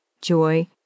joy